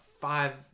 five